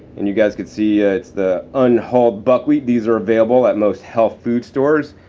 and you guys could see it's the unhulled buckwheat. these are available at most health food stores.